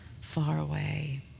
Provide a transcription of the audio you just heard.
faraway